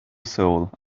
soul